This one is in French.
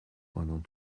pendant